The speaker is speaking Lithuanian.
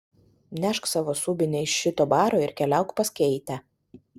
nešk savo subinę iš šito baro ir keliauk pas keitę